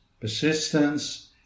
persistence